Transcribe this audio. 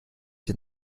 dem